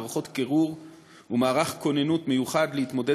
מערכות קירור ומערך כוננות מיוחד להתמודד